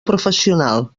professional